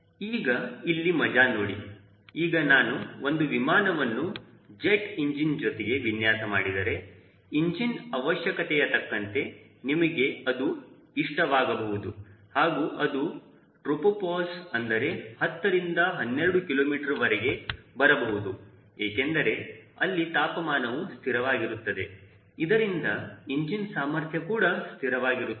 ಈಗ ಇಲ್ಲಿ ಮಜಾ ನೋಡಿ ಈಗ ನಾನು ಒಂದು ವಿಮಾನವನ್ನು ಜೆಟ್ ಇಂಜಿನ್ ಜೊತೆಗೆ ವಿನ್ಯಾಸ ಮಾಡಿದರೆ ಇಂಜಿನ್ ಅವಶ್ಯಕತೆಯತಕ್ಕಂತೆ ನಿಮಗೆ ಅದು ಇಷ್ಟವಾಗಬಹುದು ಹಾಗೂ ಅದು ಟ್ರೋಪೋಪಾಸ್ ಅಂದರೆ 10 ರಿಂದ 12 ಕಿಲೋಮೀಟರ್ ವರೆಗೆ ಬರಬಹುದು ಏಕೆಂದರೆ ಅಲ್ಲಿ ತಾಪಮಾನವು ಸ್ಥಿರವಾಗಿರುತ್ತದೆ ಇದರಿಂದ ಇಂಜಿನ್ ಸಾಮರ್ಥ್ಯ ಕೂಡ ಸ್ಥಿರವಾಗಿರುತ್ತದೆ